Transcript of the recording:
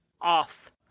off